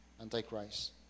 Antichrist